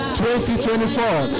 2024